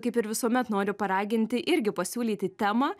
kaip ir visuomet noriu paraginti irgi pasiūlyti temą